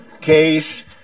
case